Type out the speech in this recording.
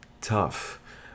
tough